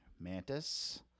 Mantis